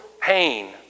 pain